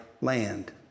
land